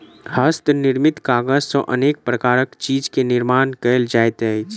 हस्त निर्मित कागज सॅ अनेक प्रकारक चीज के निर्माण कयल जाइत अछि